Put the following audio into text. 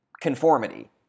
conformity